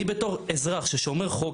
אני בתור אזרח ששומר חוק,